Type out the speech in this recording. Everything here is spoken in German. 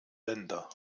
länder